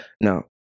Now